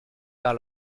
par